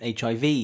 HIV